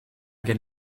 gen